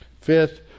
Fifth